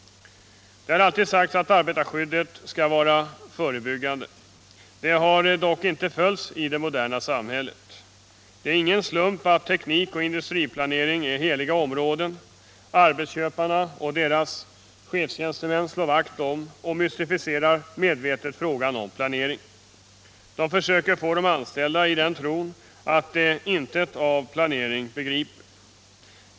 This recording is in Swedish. Det har alltid sagts att arbetarskyddet skall vara förebyggande. Detta har dock inte följts i det moderna samhället. Det är ingen slump att teknik och industriplanering är ”heliga områden”. Arbetsköparna och deras chefstjänstemän slår vakt om och mystifierar medvetet frågan om planering. Man försöker få de anställda att tro att de intet av planering begriper.